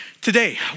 Today